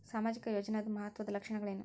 ಸಾಮಾಜಿಕ ಯೋಜನಾದ ಮಹತ್ವದ್ದ ಲಕ್ಷಣಗಳೇನು?